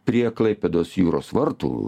prie klaipėdos jūros vartų